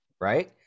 right